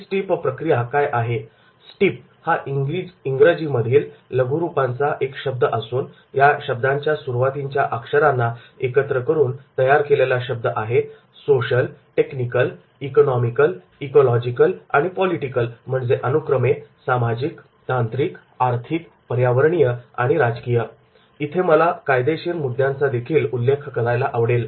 steep हा शब्द इंग्रजीतील पुढील शब्दांच्या सुरुवातीच्या अक्षरांना एकत्र करून तयार केलेला शब्द आहे सोशल टेक्निकल इकॉनोमिकल इकॉलॉजिकल आणि पॉलिटिकल म्हणजेच अनुक्रमे सामाजिक तांत्रिक आर्थिक पर्यावरणीय आणि राजकीय इथे मला कायदेशीर मुद्द्यांचादेखील उल्लेख करायला आवडेल